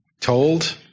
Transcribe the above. told